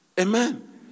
amen